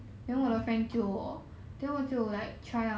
mm